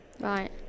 Right